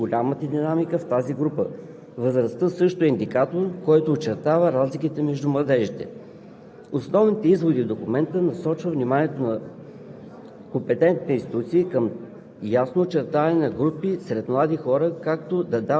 Данните показват, че населеното място се оказва в най-голяма степен фактор, който очертава разликите между младите хора, като поради голямата динамика в тази група възрастта също е индикатор, който очертава разликите между младежите.